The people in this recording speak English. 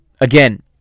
Again